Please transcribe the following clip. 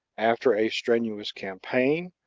after a strenuous campaign,